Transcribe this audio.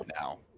Now